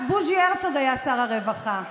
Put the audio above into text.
אז בוז'י הרצוג היה שר הרווחה,